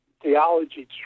theology